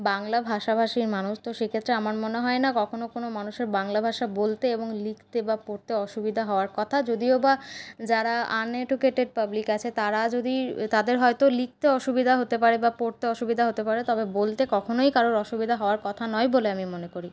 বাংলা ভাষাভাষীর মানুষ তো সেক্ষেত্রে আমার মনে হয়না কখনও কোনো মানুষের বাংলা ভাষা বলতে এবং লিখতে বা পড়তে অসুবিধা হওয়ার কথা যদিও বা যারা আনএডুকেটেড পাবলিক আছে তারা যদি তাদের হয়তো লিখতে অসুবিধা হতে পারে বা পড়তে অসুবিধা হতে পারে তবে বলতে কখনই কারোর অসুবিধা হওয়ার কথা নয় বলে আমি মনে করি